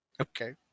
okay